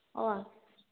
अँ